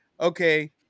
okay